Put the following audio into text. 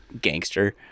gangster